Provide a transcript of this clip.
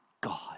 God